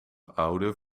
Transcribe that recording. oude